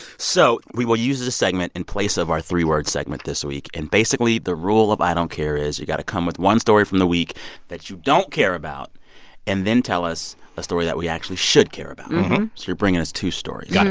so we will use the segment in place of our three-word segment this week. and basically, the rule of i don't care is you've got to come with one story from the week that you don't care about and then tell us a story that we actually should care about. so you're bringing us two stories.